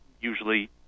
usually